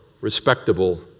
respectable